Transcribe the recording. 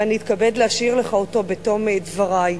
ואני אתכבד להשאיר לך אותו בתום דברי.